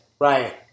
Right